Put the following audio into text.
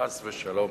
חס ושלום.